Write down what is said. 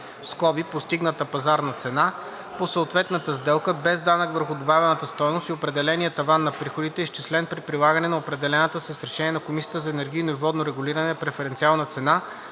цени (постигната пазарна цена) по съответната сделка без данък върху добавената стойност и определения таван на приходите, изчислен при прилагане на определената с решение на Комисията за енергийно и водно регулиране преференциална цена